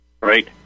Right